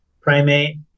primate